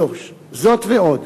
3. זאת ועוד,